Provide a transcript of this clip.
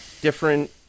different